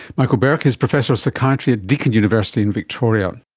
michael berk is professor of psychiatry at deakin university in victoria